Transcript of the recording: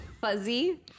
Fuzzy